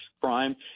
crime